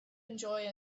enjoy